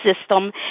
system